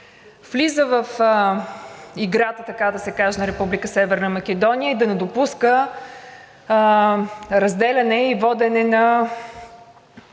влиза в играта, така да се каже, на Република Северна Македония и да не допуска разделяне и водене на